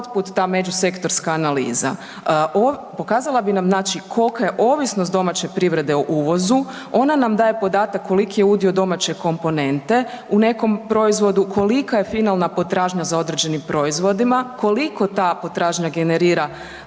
input, output ta međusektorska analiza pokazala bi nam kolika je ovisnost domaće privrede o uvozu, ona nam daje podatak koliki je udio domaće komponente u nekom proizvodu, kolika je finalna potražnja za određenim proizvodima, koliko ta potražnja generira